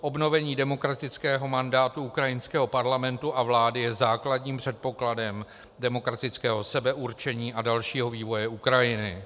Obnovení demokratického mandátu ukrajinského parlamentu a vlády je základním předpokladem demokratického sebeurčení a dalšího vývoje Ukrajiny.